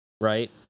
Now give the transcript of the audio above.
Right